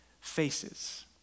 faces